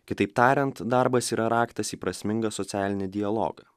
kitaip tariant darbas yra raktas į prasmingą socialinį dialogą